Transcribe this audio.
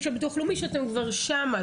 של ביטוח לאומי ואתה אומר שאתם כבר שם.